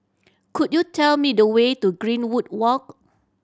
could you tell me the way to Greenwood Walk